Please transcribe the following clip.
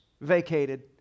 vacated